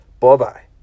Bye-bye